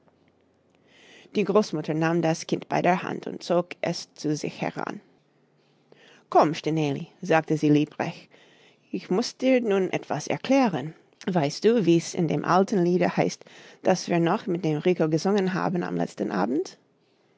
die großmutter nahm das kind bei der hand und zog es zu sich heran komm stineli sagte sie liebreich ich muß dir nun etwas erklären weißt du wie's in dem alten liede heißt das wir noch mit dem rico gesungen haben am letzten abend